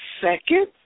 second